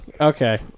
Okay